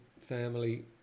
family